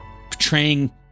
portraying